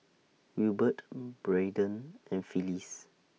Wilbert Braeden and Phylis